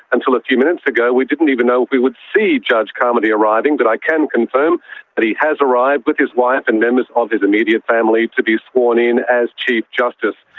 until a few minutes ago we didn't even know if we would see judge carmody arriving but i can confirm that he has arrived with his wife and members of his immediate family to be sworn in as chief justice.